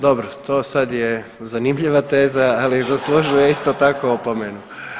Dobro, to sad je zanimljiva teza ali zaslužuje isto tako opomenu.